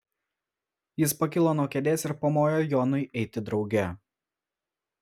jis pakilo nuo kėdės ir pamojo jonui eiti drauge